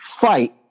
fight